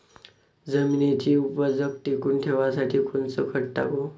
जमिनीची उपज टिकून ठेवासाठी कोनचं खत टाकू?